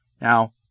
Now